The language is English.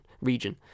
region